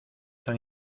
tan